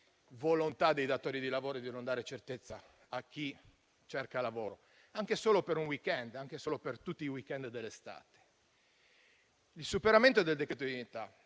volontà dei datori di lavoro di non dare certezza a chi cerca lavoro, anche solo per un *weekend* o tutti i *weekend* dell'estate. Il superamento del decreto dignità